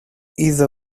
either